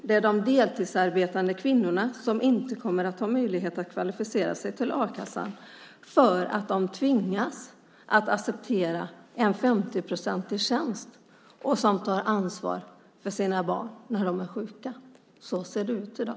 Det är de deltidsarbetande kvinnorna som inte kommer att ha möjlighet att kvalificera sig till a-kassan eftersom de tvingas att acceptera en 50-procentig tjänst och eftersom de tar ansvar för sina barn när de är sjuka. Så ser det ut i dag.